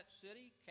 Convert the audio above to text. city